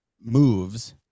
moves